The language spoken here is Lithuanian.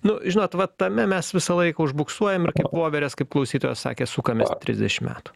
nu žinot va tame mes visą laiką užbuksuojam ir voverės kaip klausytoja sakė sukamės trisdešim metų